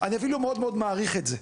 אני אפילו מאוד מאוד מעריך את זה.